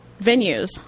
venues